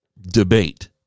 debate